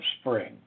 spring